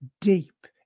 deep